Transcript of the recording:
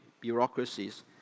bureaucracies